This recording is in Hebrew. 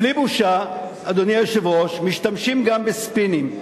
בלי בושה, אדוני היושב-ראש, משתמשים גם בספינים.